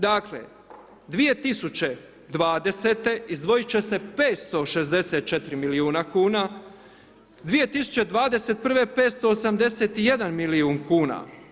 Dakle 2020. izdvojiti će se 564 milijuna kuna, 2021. 581 milijun kuna.